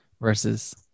versus